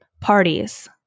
parties